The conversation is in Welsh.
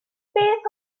beth